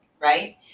right